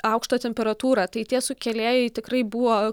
aukštą temperatūrą tai tie sukėlėjai tikrai buvo